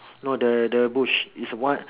no the the bush is one